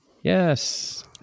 Yes